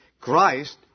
Christ